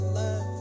love